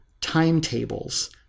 timetables